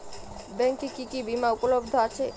ব্যাংকে কি কি বিমা উপলব্ধ আছে?